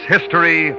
History